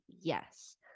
yes